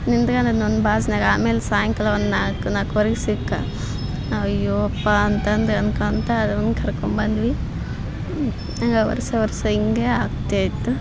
ನಿಂತ್ಕಂಡನ ಒಂದು ಬಸ್ನಾಗ ಆಮೇಲೆ ಸಾಯಂಕಾಲ ಒಂದು ನಾಲ್ಕು ನಾಲ್ಕುವರೆಗೆ ಸಿಕ್ಕ ಅಯ್ಯೋ ಅಪ್ಪ ಅಂತಂದು ಅನ್ಕಂತಾ ಅವ್ನ ಕರ್ಕೊಂಬಂದ್ವಿ ಹಂಗ ವರ್ಷ ವರ್ಷ ಹಿಂಗೇ ಆಗ್ತಾ ಇತ್ತು